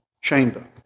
chamber